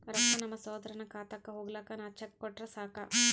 ರೊಕ್ಕ ನಮ್ಮಸಹೋದರನ ಖಾತಕ್ಕ ಹೋಗ್ಲಾಕ್ಕ ನಾನು ಚೆಕ್ ಕೊಟ್ರ ಸಾಕ್ರ?